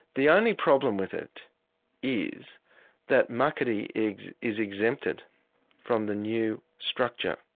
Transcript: the only problem with it is that muckaty is is exempted from the new structure,